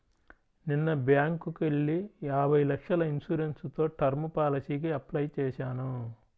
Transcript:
నిన్న బ్యేంకుకెళ్ళి యాభై లక్షల ఇన్సూరెన్స్ తో టర్మ్ పాలసీకి అప్లై చేశాను